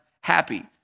happy